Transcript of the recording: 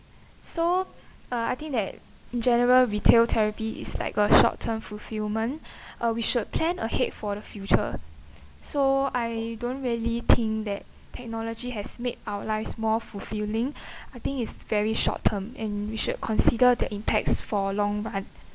so uh I think that in general retail therapy is like a short term fulfillment uh we should plan ahead for the future so I don't really think that technology has made our lives more fulfilling I think it's very short term and we should consider the impacts for long run